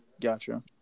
Gotcha